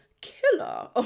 killer